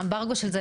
האמברגו של זה,